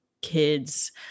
kids